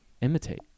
imitate